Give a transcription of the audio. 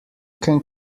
can